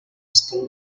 stu